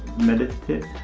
meditative.